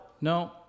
No